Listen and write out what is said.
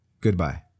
goodbye